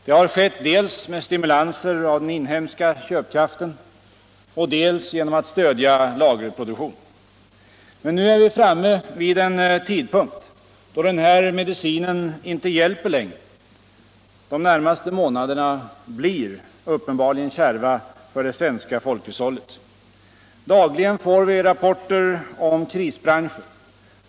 Det har skett dels med stimulanser av den inhemska köpkraften, dels genom att stödja lagerproduktion. Men nu är vi framme vid en tidpunkt då den här medicinen inte hjälper längre. De närmaste månaderna blir uppenbarligen kärva för det svenska folkhushället. Dagligen får vi rapporter om krisbranscher.